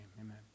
amen